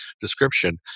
description